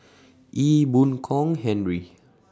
Ee Boon Kong Henry